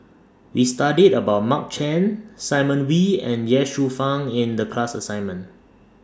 We studied about Mark Chan Simon Wee and Ye Shufang in The class assignment